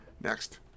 Next